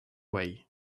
way